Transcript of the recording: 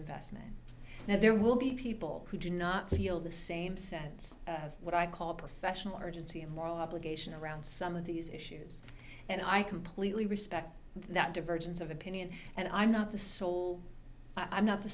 investment now there will be people who do not feel the same sense of what i call professional urgency and moral obligation around some of these issues and i completely respect that divergence of opinion and i'm not the sole i'm not the